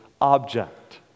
object